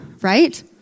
right